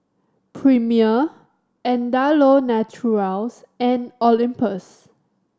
Premier Andalou Naturals and Olympus